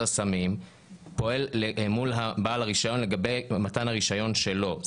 הסמים פועל מול בעל הרישיון לגבי מתן הרישיון שלו.